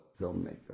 filmmaker